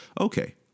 Okay